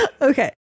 okay